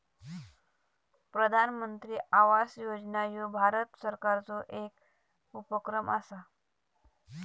प्रधानमंत्री आवास योजना ह्यो भारत सरकारचो येक उपक्रम असा